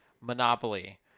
monopoly